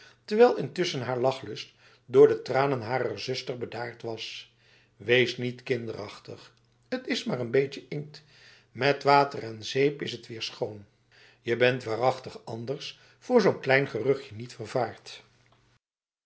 terwijl intussen haar lachlust door de tranen harer zuster bedaard was wees niet kinderachtig het is maar n beetje inkt met water en zeep is het weer schoon je bent waarachtig anders voor zo'n klein geruchtje niet vervaard